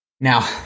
now